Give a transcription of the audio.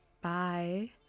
bye